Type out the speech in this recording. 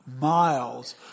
miles